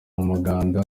muganda